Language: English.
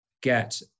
get